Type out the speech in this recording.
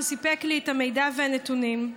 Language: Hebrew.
שסיפק לי את המידע ואת הנתונים.